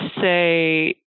say